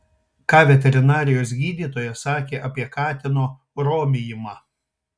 ką veterinarijos gydytojas sakė apie katino romijimą